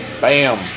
Bam